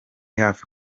hafi